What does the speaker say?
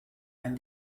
and